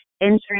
insurance